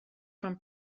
from